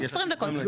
20 דקות.